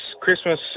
Christmas